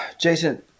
Jason